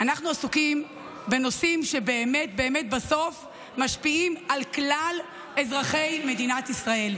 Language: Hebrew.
אנחנו עסוקים בנושאים שבסוף באמת משפיעים על כלל אזרחי מדינת ישראל.